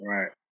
Right